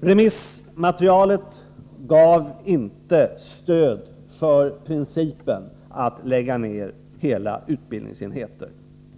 Remissmaterialet gav inte stöd för principen att lägga ner hela utbildningsenheter.